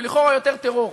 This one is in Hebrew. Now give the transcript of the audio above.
ולכאורה יותר טרור.